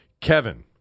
Kevin